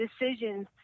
decisions